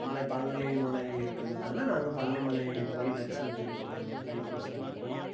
மலை பழனி மலை இருக்கிறதுனால நாங்கள் பழனிமலை போய் தரிசனம் செஞ்சுட்டு வருவோம் தைப்பூசத்து அன்றைக்கி